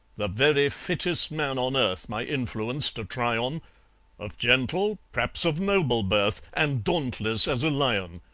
the very fittest man on earth my influence to try on of gentle, p'r'aps of noble birth, and dauntless as a lion!